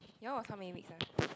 yours was how many weeks ah